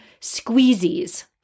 squeezies